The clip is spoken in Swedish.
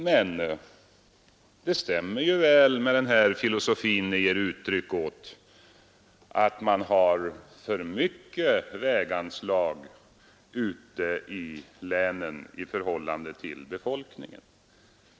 Metoden stämmer emellertid väl med Regional utveck den filosofi ni ger uttryck åt, att man har för mycket väganslag ute i länen i förhållande till befolkningen.